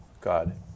God